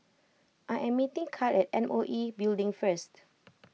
I am meeting Kyle at M O E Building first